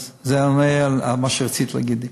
זה עונה על מה שרצית להגיד לי.